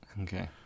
Okay